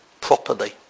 properly